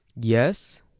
yes